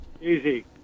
Easy